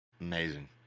amazing